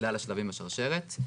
בכלל השלבים בשרשרת.